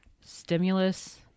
stimulus